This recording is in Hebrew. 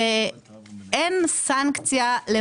כרגע אין סנקציה על הממשלה,